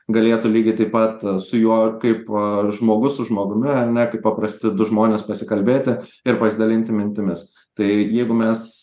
galėtų lygiai taip pat su juo kaip žmogus su žmogumi ar ne kaip paprasti žmonės pasikalbėti ir pasidalinti mintimis tai jeigu mes